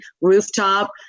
rooftop